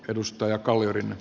edustaja kalliorinne